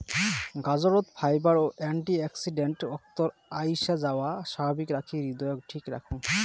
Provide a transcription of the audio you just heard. গাজরত fibre ও antioxidant অক্তর আইসাযাওয়া স্বাভাবিক রাখি হৃদয়ক ঠিক রাখং